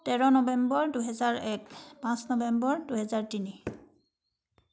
তেৰ নৱেম্বৰ দুহেজাৰ এক পাঁচ নৱেম্বৰ দুহেজাৰ তিনি